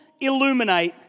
illuminate